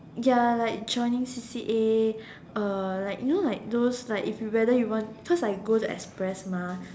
ya like joining C_C_A like you know like those like if whether you want cause I go the express mah